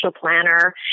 planner